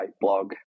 blog